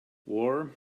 war